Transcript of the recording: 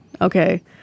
Okay